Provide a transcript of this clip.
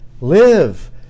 live